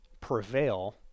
prevail